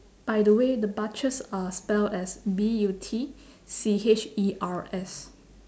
by the way the butchers uh spelled as B U T C H E R S